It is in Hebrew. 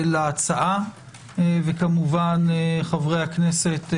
אבל באותה נשימה גם הקפדה בזכויות הנאשמים וגם בזכויות אלה שהורשעו